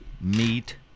meat